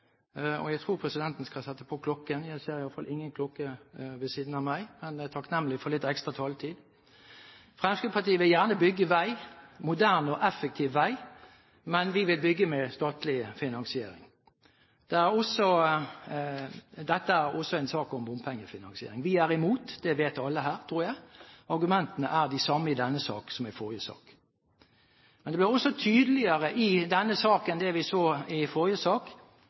jeg tror presidenten skal sette på klokken, selv om jeg er takknemlig for litt ekstra taletid! Fremskrittspartiet vil gjerne bygge vei – moderne og effektiv vei, men vi vil bygge med statlig finansiering. Dette er også en sak om bompengefinansiering. Vi er imot – det vet alle her, tror jeg. Argumentene er de samme i denne saken som i den forrige saken. Det blir også tydeligere i denne saken, det vi så i forrige sak,